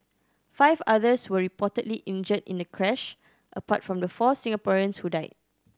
five others were reportedly injured in the crash apart from the four Singaporeans who died